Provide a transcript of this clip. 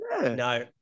No